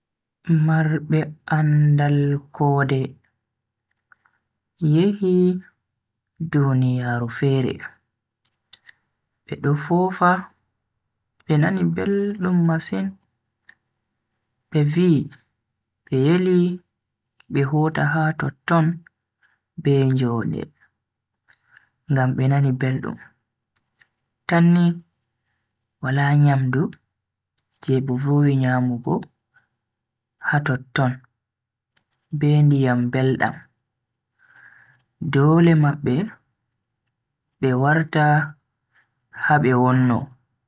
Marbe andaal koode yehi duniyaaru fere be do fofa be nani beldum masin. Be vi be yeli be hota ha totton be jonde, ngam be nani beldum, tanni wala nyamdu je be vowi nyamugo ha totton be ndiyam beldam, dole mabbe be warta ha be wonno.